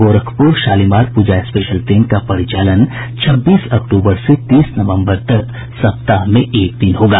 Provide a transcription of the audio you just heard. Gorakhpur Shalimar Puja special train का परिचालन छब्बीस अक्टूबर से तीस नवम्बर तक सप्ताह में एक दिन होगा